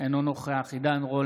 אינו נוכח עידן רול,